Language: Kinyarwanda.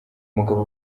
mugabo